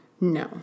No